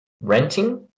renting